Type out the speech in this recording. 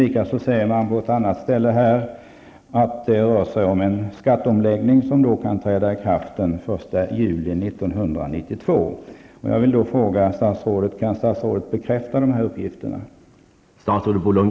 På ett annat ställe säger man att det rör sig om en skatteomläggning som kan träda i kraft den 1 juli 1992.